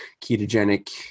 ketogenic